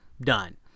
Done